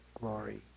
glory